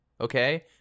Okay